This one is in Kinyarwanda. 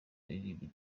waririmbye